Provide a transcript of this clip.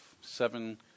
seven